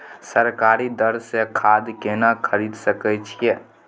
सरकारी दर से खाद केना खरीद सकै छिये?